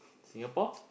Singapore